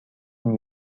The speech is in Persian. این